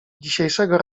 dzisiejszego